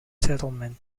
settlement